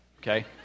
Okay